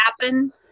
happen